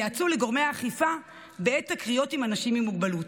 וייעצו לגורמי האכיפה בעת תקריות עם אנשים עם מוגבלות.